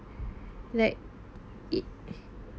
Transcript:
let it